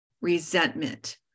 resentment